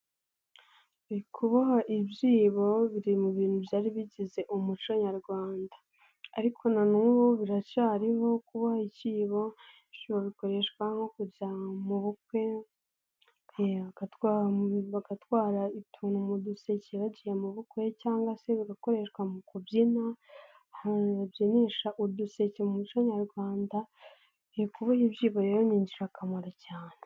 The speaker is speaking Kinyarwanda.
Ndi kubona ibyibo biri mu bintu byari bigize umuco nyarwanda, ariko na n'ubu biracyariho kuboha icyibo, bikoreshwa nko kujya mu bukwe, bagatwara utuntu mu duseke bagiye mu bukwe, cyangwa se bigakoreshwa mu kubyina, hari abantu babyinisha uduseke mu muco nyarwanda, kuboha ibyibo rero ni ingirakamaro cyane.